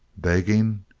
begging?